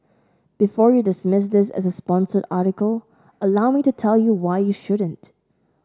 before you dismiss this as a sponsored article allow me to tell you why you shouldn't